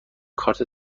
کارت